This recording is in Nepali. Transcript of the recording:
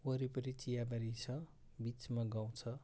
वरिपरि चियाबारी छ बिचमा गाउँ छ